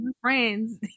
Friends